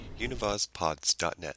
Univazpods.net